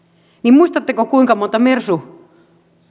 muistatteko kuinka monta mersu